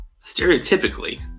Stereotypically